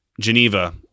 Geneva